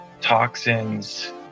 toxins